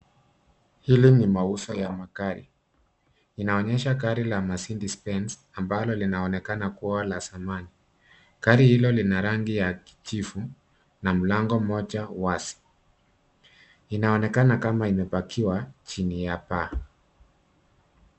Hili ni mauzo ya magari. Inaonyesha gari la Mercedes Benz ambalo linaonekana kuwa la zamani. Gari hilo lina rangi ya kijivu na mlango mmoja wazi. Inaonekana kama imepakiwa chini ya paa.